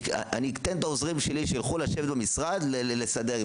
אתן את העוזרים שלי שילכו לשבת במשרד לסדר,